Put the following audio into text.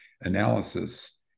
analysis